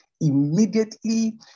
Immediately